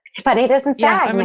funny doesn't sag, and